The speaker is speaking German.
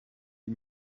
die